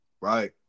Right